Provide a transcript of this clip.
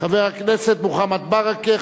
חבר הכנסת מוחמד ברכה,